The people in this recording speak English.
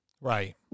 Right